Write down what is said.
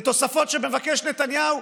לתוספות שמבקש נתניהו?